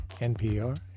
NPR